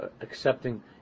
accepting